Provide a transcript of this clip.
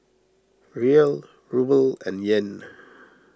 Riel Ruble and Yen